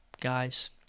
guys